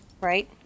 Right